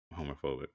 homophobic